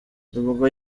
ubwo